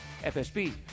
FSB